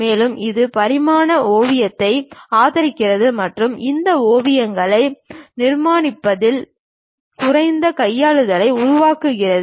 மேலும் இது பரிமாண ஓவியத்தை ஆதரிக்கிறது மற்றும் இந்த ஓவியங்களை நிர்மாணிப்பதில் குறைந்த கையாளுதலை உருவாக்குகிறது